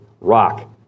Rock